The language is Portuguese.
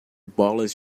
bolas